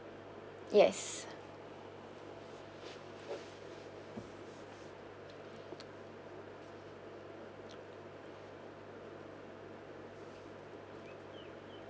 yes